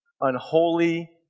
unholy